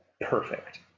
Perfect